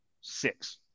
six